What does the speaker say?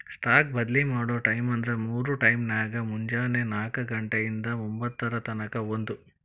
stock ಬದ್ಲಿ ಮಾಡೊ ಟೈಮ್ವ್ಂದ್ರ ಮೂರ್ ಟೈಮ್ನ್ಯಾಗ, ಮುಂಜೆನೆ ನಾಕ ಘಂಟೆ ಇಂದಾ ಒಂಭತ್ತರ ತನಕಾ ಒಂದ್